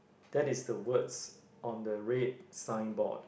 that is the words on the red signboard